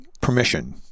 permission